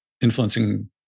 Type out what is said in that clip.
influencing